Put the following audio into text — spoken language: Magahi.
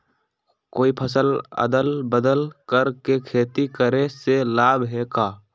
कोई फसल अदल बदल कर के खेती करे से लाभ है का?